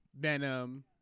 Venom